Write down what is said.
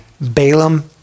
Balaam